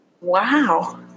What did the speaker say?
wow